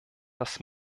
dass